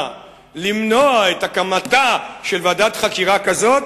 למנוע את הקמתה של ועדת חקירה כזאת.